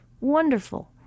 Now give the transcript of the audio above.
wonderful